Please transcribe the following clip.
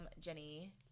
Jenny